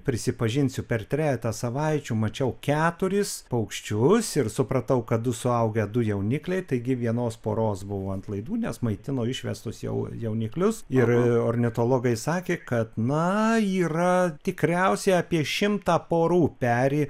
prisipažinsiu per trejetą savaičių mačiau keturis paukščius ir supratau kad du suaugę du jaunikliai taigi vienos poros buvo ant laidų nes maitino išvestus jau jauniklius ir ornitologai sakė kad na yra tikriausiai apie šimtą porų peri